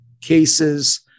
cases